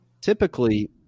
typically